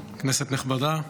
כנסת נכבדה,